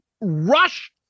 Rush